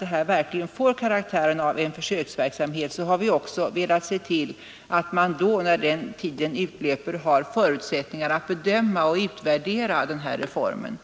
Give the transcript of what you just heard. det här verkligen får karaktären av en försöksverksamhet, så har vi också velat se till att man, när tiden för försöksverksamheten löper ut, också har förutsättningar att bedöma och utvärdera reformen.